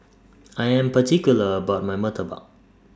I Am particular about My Murtabak